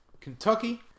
Kentucky